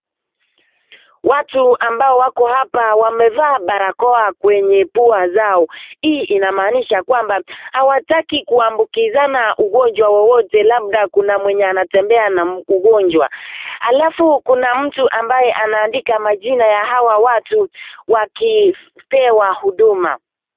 Watu ambao wako hapa wamevaa barakoa kwenye pua zao hii inamaanisha kwamba hawataki kuambukizana ugonjwa wowote labda kuna mwenye anatembea na ugonjwa. Alafu kuna mtu ambaye anaandika majina ya hawa watu wakipewa huduma.